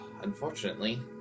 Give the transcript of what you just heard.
unfortunately